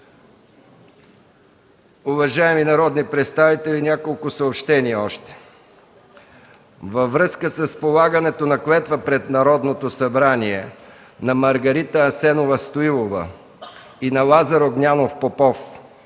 Уважаеми народни представители, още няколко съобщения. Във връзка с полагането на клетва пред Народното събрание на Маргарита Асенова Стоилова и на Лазар Огнянов Попов,